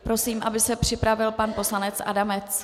Prosím, aby se připravil pan poslanec Adamec.